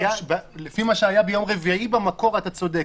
לפי מה שהיה ביום רביעי במקור אתה צודק,